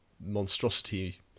monstrosity